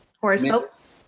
horoscopes